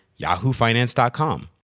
yahoofinance.com